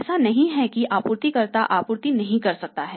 ऐसा नहीं है कि आपूर्तिकर्ता आपूर्ति नहीं कर सकता है